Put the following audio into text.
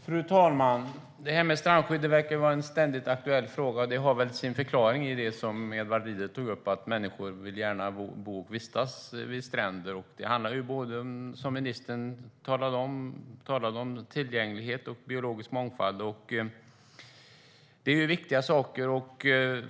Fru talman! Strandskydd verkar vara en ständigt aktuell fråga. Det har väl sin förklaring i det som Edward Riedl tog upp, att människor gärna vill bo och vistas vid stränder. Som ministern talade om handlar det om både tillgänglighet och biologisk mångfald. Det är viktiga saker.